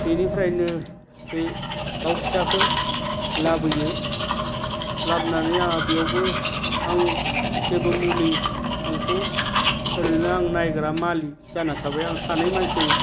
बेनिफ्रायनो बे दाव फिसाखो लाबोयो लाबोनानै आंहा बेयावबो आं जेबो मुलि आंथ' ओरैनो आं नायग्रा मालिक जानानै थाबाय आं सानै मानसि